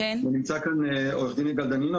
נמצא כאן עו"ד יגאל דנינו,